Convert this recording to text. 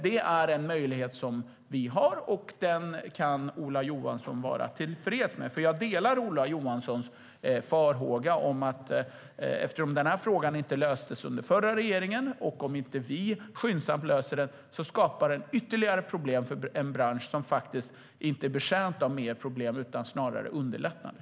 Det är en möjlighet som vi har, och den kan Ola Johansson vara tillfreds med, för jag delar Ola Johanssons farhåga: Eftersom den här frågan inte löstes under förra regeringen och om inte vi löser den skyndsamt skapar den ytterligare problem för en bransch som faktiskt inte är förtjänt av mer problem utan snarare lättnader.